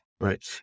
Right